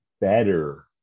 better